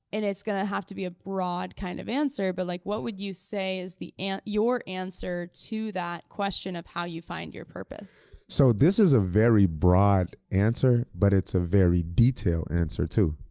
and it's gonna have to be a broad kind of answer, but like what would you say is and your answer to that question of how you find your purpose? so, this is a very broad answer, but it's a very detailed answer too,